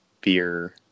beer